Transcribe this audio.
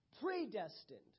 predestined